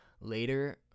later